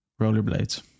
rollerblades